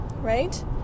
right